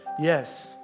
Yes